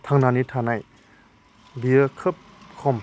थांनानै थानाय बेयो खोब खम